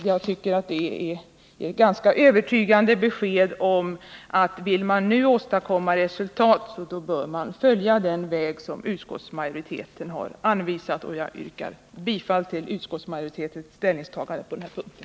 Jag anser att det är ett ganska övertygande besked om att vill man nu åstadkomma resultat bör man följa den väg som utskottsmajoriteten har anvisat, och jag yrkar bifall till utskottsmajoritetens förslag på den här punkten.